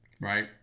right